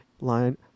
Line